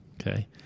Okay